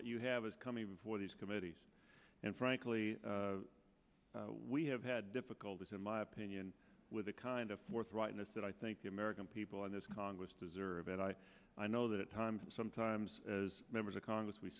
that you have is coming before these committees and frankly we have had difficulties in my opinion with the kind of forthrightness that i think the american people in this congress deserve it i know that at times sometimes as members of congress we